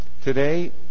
Today